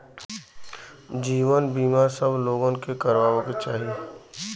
जीवन बीमा सब लोगन के करावे के चाही